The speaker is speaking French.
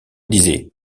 disait